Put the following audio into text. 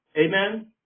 Amen